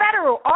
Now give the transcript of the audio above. federal